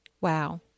Wow